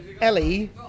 Ellie